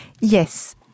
Yes